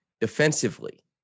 defensively